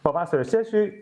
pavasario sesijoj